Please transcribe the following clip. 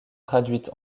traduites